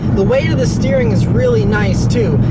the weight of the steering is really nice, too.